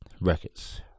records